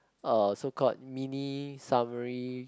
uh so called mini summary